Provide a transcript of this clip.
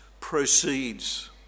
proceeds